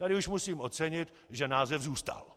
Tady už musím ocenit, že název zůstal.